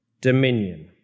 dominion